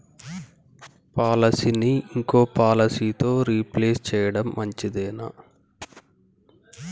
పాలసీని ఇంకో పాలసీతో రీప్లేస్ చేయడం మంచిదేనా?